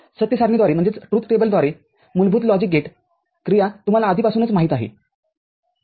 सत्य सारणीद्वारे मूलभूत लॉजिक गेटक्रिया तुम्हाला आधीपासूनच माहीत आहे